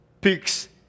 picks